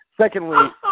Secondly